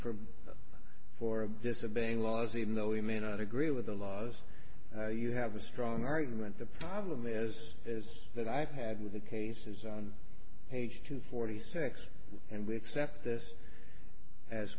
from for disobeying laws even though we may not agree with the laws you have a strong argument the problem is is that i've had with the cases on page two forty six and we except this as